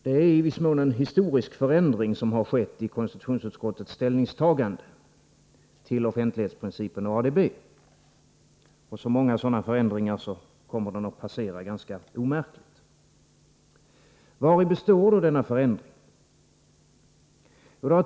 Det är nämligen i viss mån en historisk förändring som har skett i konstitutionsutskottets ställningstagande till frågan om offentlighetsprincipen och ADB, och som många sådana förändringar kommer den att passera ganska omärkligt. Vari består då denna förändring?